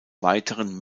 weiteren